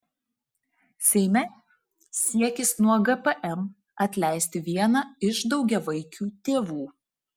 seime siekis nuo gpm atleisti vieną iš daugiavaikių tėvų